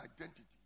identity